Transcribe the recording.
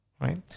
Right